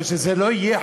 אבל שזה לא יהיה